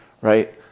right